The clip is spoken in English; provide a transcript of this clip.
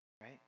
right